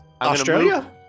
australia